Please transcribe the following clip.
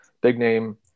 big-name